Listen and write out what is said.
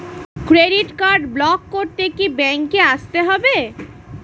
Credit card block করতে কি ব্যাংকে আসতে হবে?